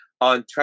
on